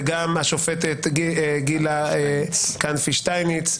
וגם השופטת גילה כנפי שטייניץ,